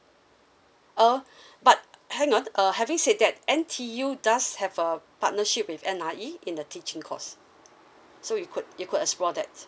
uh but hang on uh having said that N_T_U does have a partnership with N_I_E in the teaching course so you could you could explore that